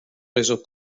reso